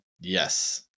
yes